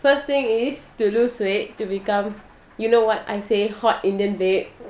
first thing is to lose weight to become you know what I say hot indian babe